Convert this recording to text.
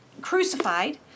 crucified